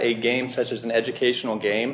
a game such as an educational game